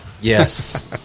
Yes